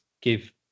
give